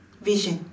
vision